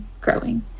growing